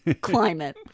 climate